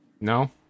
No